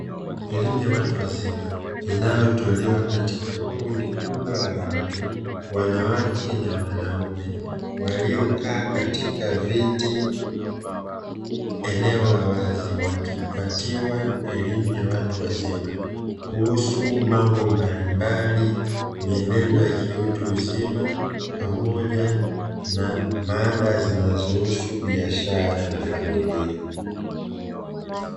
Elimu ya watu wazima inayotolewa katika kundi kubwa la watu, wanawake na wanaume waliokaa katika viti eneo la wazi wakipatiwa elimu ya watu wazima kuhusu mambo mbalimbali, miyenendo ya kiutu uzima, pamoja na mada zinazohusu biashara na familia.